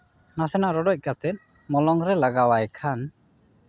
ᱱᱟᱥᱮᱱᱟᱜ ᱨᱚᱰᱚᱡ ᱠᱟᱛᱮᱜ ᱢᱚᱞᱚᱝ ᱨᱮ ᱞᱟᱜᱟᱣᱟᱭ ᱠᱷᱟᱱ